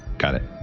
got it.